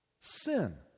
Sin